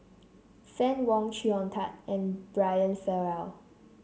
Fann Wong Chee Hong Tat and Brian Farrell